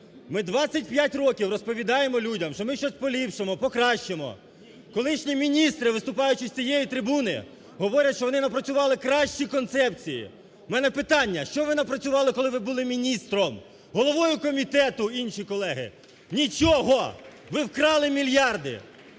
Ми 25 років розповідаємо людям, що ми щось поліпшимо, покращимо. Колишні міністри, виступаючи з цієї трибуни, говорять, що вони напрацювали кращі концепції. У мене питання, що ви напрацювали, коли ви були міністром, головою комітету, інші колеги? Нічого! Ви вкрали мільярди.